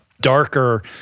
darker